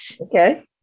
Okay